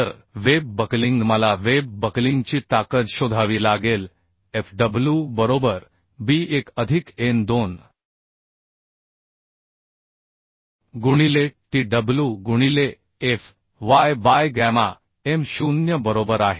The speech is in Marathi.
तर वेब बकलिंग मला वेब बकलिंगची ताकद शोधावी लागेल fw बरोबर b1 अधिक n2 गुणिले tw गुणिले fy बाय गॅमा m0 बरोबर आहे